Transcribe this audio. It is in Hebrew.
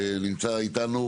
נמצא אתנו